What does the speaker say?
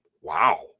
Wow